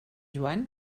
joan